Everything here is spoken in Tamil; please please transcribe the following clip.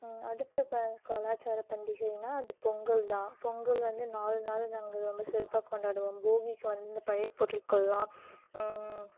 அடுத்த ப கலாச்சார பண்டிகைனால் அது பொங்கல் தான் பொங்கல் வந்து நாலு நாள் நாங்கள் ரொம்ப சிறப்பாக கொண்டாடுவோம் போகிக்கு வந்து இந்த பழைய பொருட்களெலாம்